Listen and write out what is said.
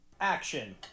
Action